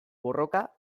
borroka